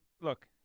look –